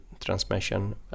transmission